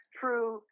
true